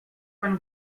pan